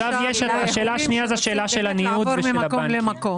השאלה השניה היא השאלה של הניוד ושל הבנקים.